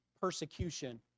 persecution